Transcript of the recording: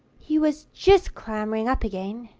he was just clambering up again,